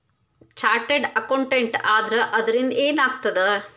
Chartered accountant ಆದ್ರ ಅದರಿಂದಾ ಏನ್ ಆಗ್ತದ?